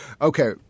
okay